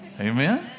Amen